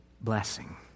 blessing